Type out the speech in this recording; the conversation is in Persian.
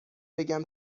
بگم